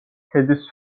ქედის